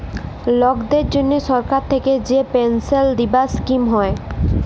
লকদের জনহ সরকার থাক্যে যে পেলসাল দিবার স্কিম হ্যয়